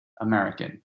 American